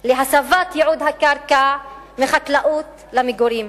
להסבת ייעוד הקרקע מחקלאות למגורים,